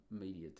media